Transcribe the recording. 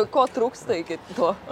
ko trūksta iki to